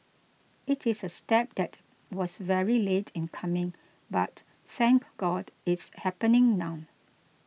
it is a step that was very late in coming but thank God it's happening now